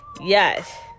Yes